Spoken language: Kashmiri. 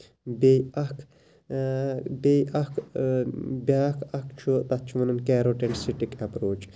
بیٚیہِ اکھ بیٚیہِ اکھ بیاکھ اکھ چھُ تَتھ چھِ وَنان کیروٹیٖن سِٹِک ایپروچ